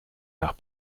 nach